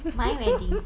my wedding